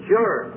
Sure